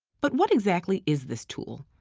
but what exactly is this tool?